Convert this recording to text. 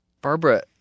Barbara